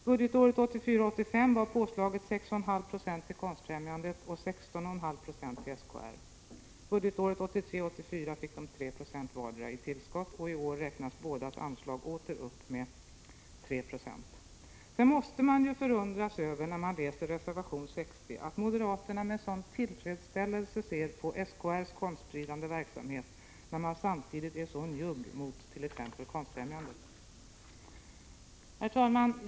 Budgetåret 1984 84 fick de 3 Jo vardera i tillskott. I år räknas bådas anslag åter upp med 3 I. Sedan måste man förundras när man i reservation 60 läser att moderaterna med sådan tillfredsställelse ser på SKR:s konstspridande verksamhet, samtidigt som de är så njugga mot t.ex. Konstfrämjandet.